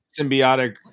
symbiotic